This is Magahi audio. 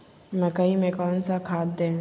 मकई में कौन सा खाद दे?